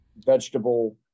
vegetable